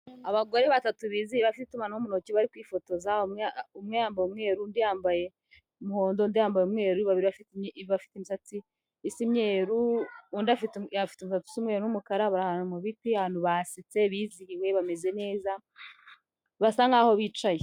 Abagore batatu bizihiwe bafite itumanaho mu ntoki bari kwifotoza, umwe yambaye umweru, undi yambaye umuhondo, undi yambaye umweru, babiri bafite imisatsi isa imyemweru, undi afite umusatsi usa umweru n'umukara, bari ahantu mu biti, abantu basetse, bizihiwe, bameze neza, basa nk'aho bicaye.